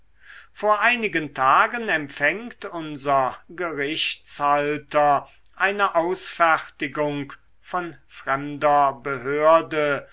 vor einigen tagen empfängt unser gerichtshalter eine ausfertigung von fremder behörde